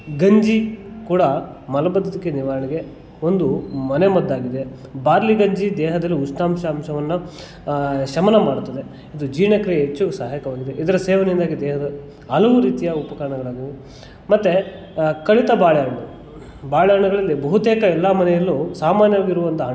ಗಂಜಿ ಕೂಡ ಮಲಬದ್ಧತೆಗೆ ನಿವಾರಣೆಗೆ ಒಂದು ಮನೆ ಮದ್ದಾಗಿದೆ ಬಾರ್ಲಿ ಗಂಜಿ ದೇಹದಲ್ಲಿ ಉಷ್ಣಾಂಶ ಅಂಶವನ್ನು ಶಮನ ಮಾಡುತ್ತದೆ ಇದು ಜೀರ್ಣ ಕ್ರಿಯೆ ಹೆಚ್ಚು ಸಹಾಯಕವಾಗಿದೆ ಇದರ ಸೇವನೆಯಿಂದಾಗಿ ದೇಹದ ಹಲವು ರೀತಿಯ ಉಪಕರಣಗಳಾಗುವುವು ಮತ್ತು ಕಳಿತ ಬಾಳೆ ಹಣ್ಣು ಬಾಳೆ ಹಣ್ಣುಗಳಲ್ಲಿ ಬಹುತೇಕ ಎಲ್ಲ ಮನೆಯಲ್ಲೂ ಸಾಮಾನ್ಯವಾಗಿರುವಂಥ ಹಣ್ಣು